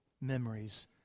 memories